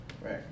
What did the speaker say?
Right